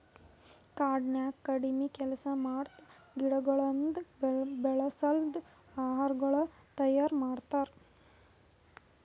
ಕಾಡನ್ಯಾಗ ಕಡಿಮಿ ಕೆಲಸ ಮತ್ತ ಗಿಡಗೊಳಿಂದ್ ಬೆಳಸದ್ ಆಹಾರಗೊಳ್ ತೈಯಾರ್ ಮಾಡ್ತಾರ್